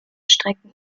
strecken